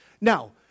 Now